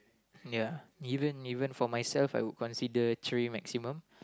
ya even even for myself I would consider three maximum